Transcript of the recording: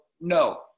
no